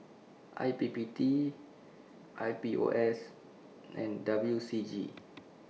I P P T I P O S and W C G